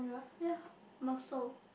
ya muscle